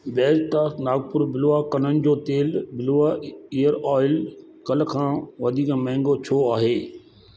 बैद्यनाथ नागपुर बिल्वा कननि जो तेलु बिल्वा ईयर ऑइल कल्ह खां वधीक महांगो छो आहे